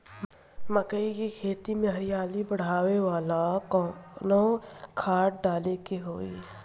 मकई के खेती में हरियाली बढ़ावेला कवन खाद डाले के होई?